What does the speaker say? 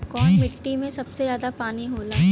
कौन मिट्टी मे सबसे ज्यादा पानी होला?